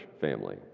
family